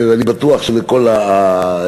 אני בטוח שלכל הדעות,